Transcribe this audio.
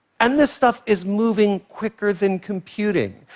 and this stuff is moving quicker than computing.